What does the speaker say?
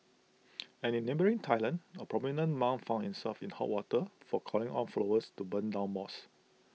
and in neighbouring Thailand A prominent monk found himself in hot water for calling on followers to burn down moth